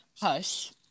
hush